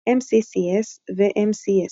MCs ו-MCCs